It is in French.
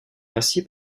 ainsi